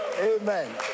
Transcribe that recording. amen